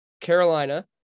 Carolina